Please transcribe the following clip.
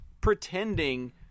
pretending